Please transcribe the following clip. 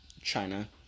China